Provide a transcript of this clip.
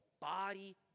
body